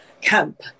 camp